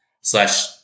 slash